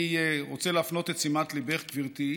אני רוצה להפנות את תשומת ליבך, גברתי,